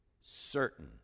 certain